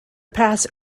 pass